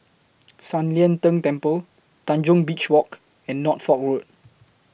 San Lian Deng Temple Tanjong Beach Walk and Norfolk Road